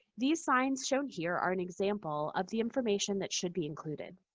these signs shown here are an example of the information that should be included,